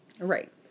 Right